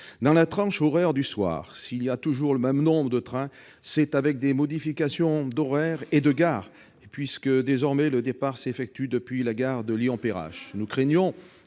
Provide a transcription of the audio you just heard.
Dans la tranche horaire du soir, s'il y a toujours le même nombre de trains, c'est avec des modifications d'horaires et de gares, puisque le départ s'effectue désormais depuis la gare de Lyon-Perrache. Nous craignons